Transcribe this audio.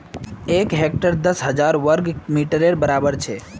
एक हेक्टर दस हजार वर्ग मिटरेर बड़ाबर छे